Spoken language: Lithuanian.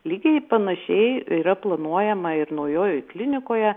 lygiai panašiai yra planuojama ir naujojoj klinikoje